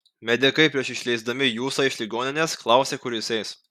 medikai prieš išleisdami jusą iš ligoninės klausė kur jis eis